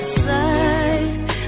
side